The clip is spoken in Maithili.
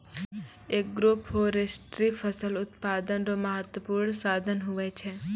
एग्रोफोरेस्ट्री फसल उत्पादन रो महत्वपूर्ण साधन हुवै छै